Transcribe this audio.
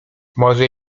może